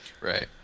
Right